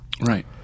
right